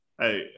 Hey